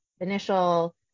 initial